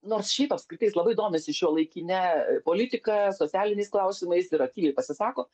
nors šiaip apskritai jis labai domisi šiuolaikine politika socialiniais klausimais ir aktyviai pasisako